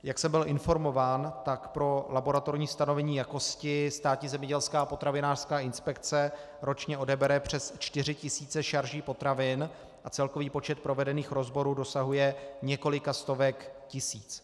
Jak jsem byl informován, tak pro laboratorní stanovení jakosti Státní zemědělská potravinářská inspekce ročně odebere přes 4 tisíce šarží potravin a celkový počet provedených rozborů dosahuje několika stovek tisíc.